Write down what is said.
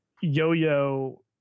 yo-yo